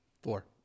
Four